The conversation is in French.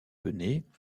pennées